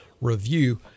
Review